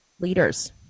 leaders